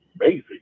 amazing